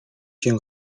się